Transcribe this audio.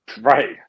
Right